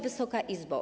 Wysoka Izbo!